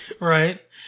Right